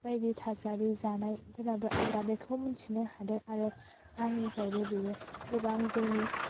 बायदि थासारि जानायफोराबो आलदा बेखौ मोन्थिनो हादों आरो आंनिफ्रायबो बेयो गोबां जोंनि